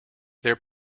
their